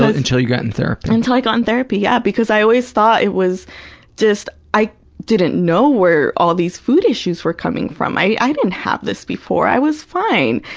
but until you got in therapy. n until i got in therapy, yeah, because i always thought it was just i didn't know where all these food issues were coming from. i i didn't have this before. i was fine.